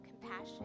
compassion